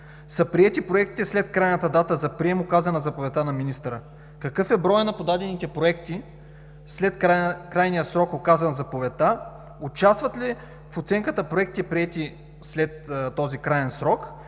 приети проектите след крайната дата за прием, указана в заповедта на министъра? Какъв е броят на подадените проекти след крайния срок, указан в заповедта? Участват ли в оценката проекти, приети след този краен срок?